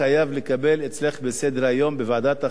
התרבות והספורט מקום נכבד.